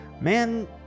man